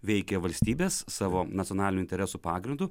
veikė valstybės savo nacionalinių interesų pagrindu